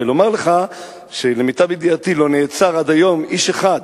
ולומר לך שלמיטב ידיעתי לא נעצר עד היום איש אחד